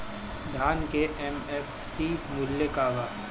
धान के एम.एफ.सी मूल्य का बा?